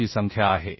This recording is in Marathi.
ची संख्या आहे